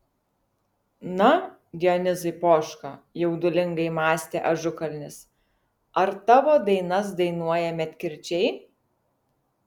na dionizai poška jaudulingai mąstė ažukalnis ar tavo dainas dainuoja medkirčiai